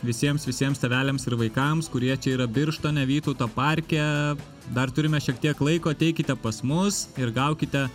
visiems visiems tėveliams ir vaikams kurie čia yra birštone vytauto parke dar turime šiek tiek laiko ateikite pas mus ir gaukite